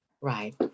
Right